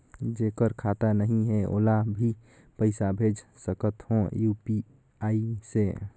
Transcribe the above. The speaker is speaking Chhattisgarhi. जेकर खाता नहीं है ओला भी पइसा भेज सकत हो यू.पी.आई से?